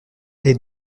les